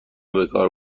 بکار